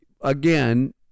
again